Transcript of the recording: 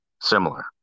similar